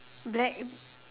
black